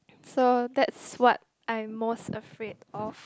so that's what I'm most afraid of